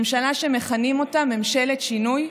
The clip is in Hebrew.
ממשלה שמכנים אותה "ממשלת שינוי",